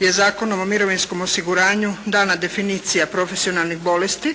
je Zakonom o mirovinskom osiguranju dana definicija profesionalnih bolesti